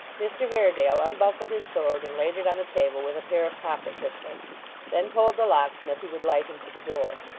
mr haredale unbuckled his sword and laid it on the table, with a pair of pocket pistols then told the locksmith he would light him to the door.